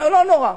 לא נורא.